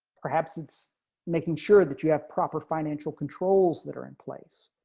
perhaps it's making sure that you have proper financial controls that are in place,